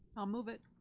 i'll move it.